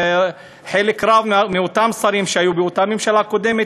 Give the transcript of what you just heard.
חלק רב מאותם שרים שהיו באותה ממשלה קודמת,